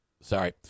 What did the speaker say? Sorry